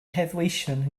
heddweision